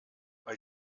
weil